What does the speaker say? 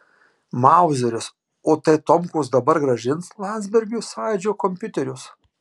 mauzeris o tai tomkus dabar grąžins landsbergiui sąjūdžio kompiuterius